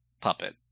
puppet